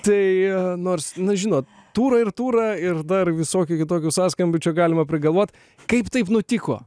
tai nors na žinot turą ir turą ir dar visokių kitokių sąskambių čia galima prigalvot kaip taip nutiko